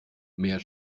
mehr